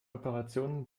operationen